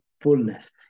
fullness